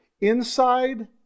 inside